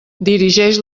dirigeix